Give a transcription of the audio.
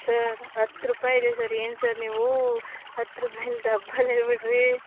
sir ಹತ್ತು ರೂಪಾಯಿ ಇದೆ ಸರ್ ಏನು ಸರ್ ನೀವು ಹತ್ತು ರೂಪಾಯಲ್ಲಿ ಡಬ್ಬಲ್ ಹೇಳಿಬಿಟ್ರೀ